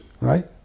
right